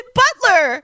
butler